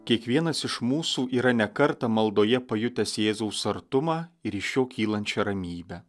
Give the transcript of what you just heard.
kiekvienas iš mūsų yra ne kartą maldoje pajutęs jėzaus artumą ir iš jo kylančią ramybę